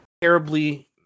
terribly